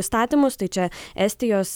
įstatymus tai čia estijos